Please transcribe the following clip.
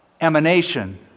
emanation